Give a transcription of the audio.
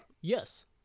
Yes